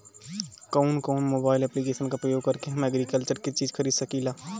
कउन कउन mobile application का प्रयोग करके हम एग्रीकल्चर के चिज खरीद सकिला?